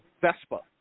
Vespa